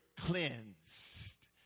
cleansed